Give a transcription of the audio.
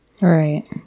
Right